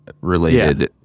related